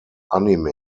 anime